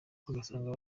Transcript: ugasanga